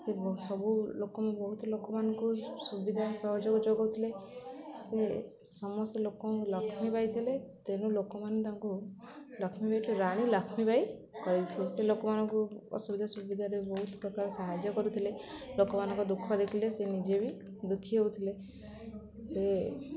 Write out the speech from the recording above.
ସେ ସବୁ ଲୋକ ବହୁତ ଲୋକମାନଙ୍କୁ ସୁବିଧା ସହଯୋଗ ଯୋଗଉ ଥିଲେ ସେ ସମସ୍ତେ ଲୋକଙ୍କୁ ଲକ୍ଷ୍ମୀ ବାଇ ଥିଲେ ତେଣୁ ଲୋକମାନେ ତାଙ୍କୁ ଲକ୍ଷ୍ମୀବାଇ ରାଣୀ ଲକ୍ଷ୍ମୀ ବାଇ କରିଥିଲେ ସେ ଲୋକମାନଙ୍କୁ ଅସୁବିଧା ସୁବିଧାରେ ବହୁତ ପ୍ରକାର ସାହାଯ୍ୟ କରୁଥିଲେ ଲୋକମାନଙ୍କ ଦୁଃଖ ଦେଖିଲେ ସେ ନିଜେ ବି ଦୁଃଖୀ ହଉଥିଲେ ସେ